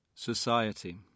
Society